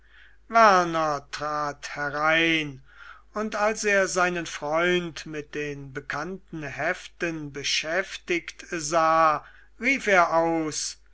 trat herein und als er seinen freund mit den bekannten heften beschäftigt sah rief er aus